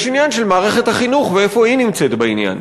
יש עניין של מערכת החינוך ואיפה היא נמצאת בעניין.